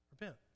Repent